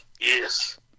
yes